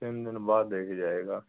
ਤਿੰਨ ਦਿਨ ਬਾਅਦ ਦੇ ਕੇ ਜਾਏਗਾ